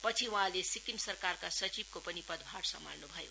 पछि वहाँले सिक्किम सरकारका सचिवको पनि कार्यभार पनि सम्हाल्नु भयो